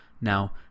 Now